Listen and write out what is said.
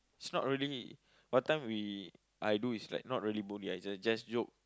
it's not really one time we I do is like not really bully as in just joke